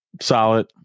Solid